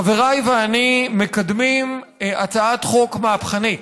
חבריי ואני מקדמים הצעת חוק מהפכנית,